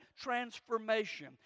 transformation